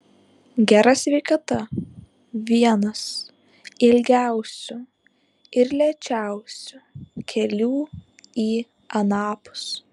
gera sveikata vienas ilgiausių ir lėčiausių kelių į anapus